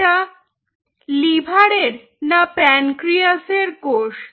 এটা লিভারের না প্যানক্রিয়াসের কোষ